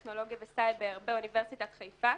טכנולוגיה וסייבר באוניברסיטת חיפה.